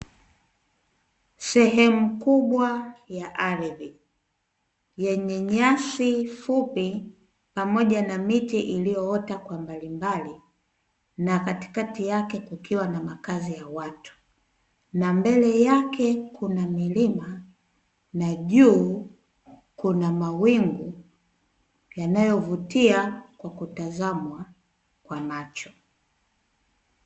Sehemu kubwa ya ardhi, yenye nyasi fupi pamoja na miti iliyoota kwa mbalimbali, na katikati yake kukiwa na makazi ya watu. na mbele yake kuna milima, na juu kuna mawingu yanayovutia kwa kutazamwa kwa macho.